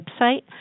website